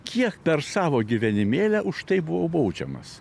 kiek per savo gyvenimėlį už tai buvau baudžiamas